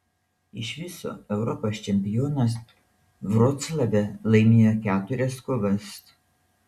iš viso europos čempionas vroclave laimėjo keturias kovas